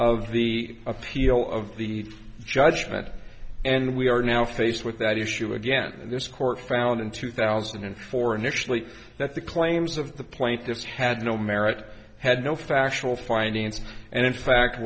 of the appeal of the judgment and we are now faced with that issue again in this court found in two thousand and four initially that the claims of the plaintiffs had no merit had no factual findings and in fact